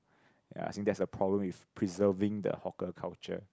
ya I think that's a problem with preserving the hawker culture